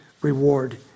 reward